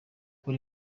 buri